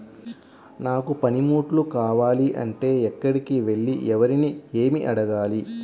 నాకు పనిముట్లు కావాలి అంటే ఎక్కడికి వెళ్లి ఎవరిని ఏమి అడగాలి?